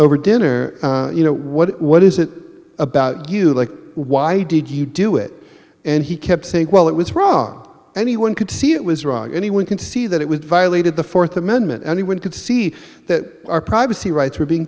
over dinner you know what what is it about you like why did you do it and he kept saying well it was wrong anyone could see it was wrong anyone can see that it was violated the fourth amendment anyone could see that our privacy rights were being